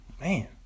man